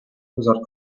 without